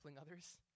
others